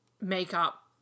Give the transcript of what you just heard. makeup